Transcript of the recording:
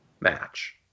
match